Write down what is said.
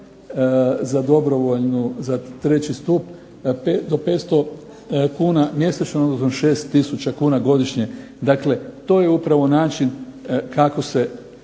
za dobrovoljnu, za treći stup do 500 kuna mjesečno, odnosno 6000 kuna godišnje. Dakle, to je upravo način kako se